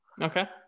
okay